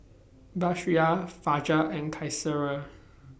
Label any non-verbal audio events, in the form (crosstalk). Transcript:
(noise) Batrisya Fajar and Qaisara